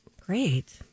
Great